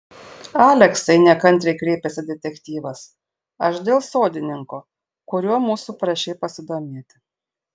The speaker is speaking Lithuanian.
aleksai nekantriai kreipėsi detektyvas aš dėl sodininko kuriuo mūsų prašei pasidomėti